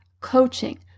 coaching